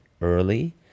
early